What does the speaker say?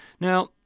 Now